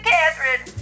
Catherine